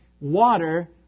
water